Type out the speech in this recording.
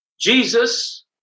Jesus